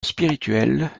spirituel